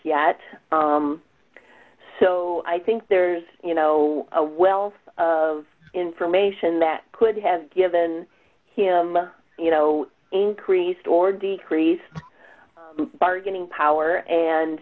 yet so i think there's you know a wealth of information that could have given him a you know increased or decreased bargaining power and